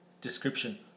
Description